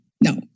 No